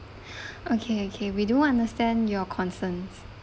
okay okay we do understand your concerns